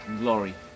glory